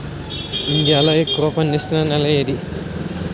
India లో ఎక్కువ పండిస్తున్నా నేల ఏది?